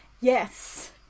Yes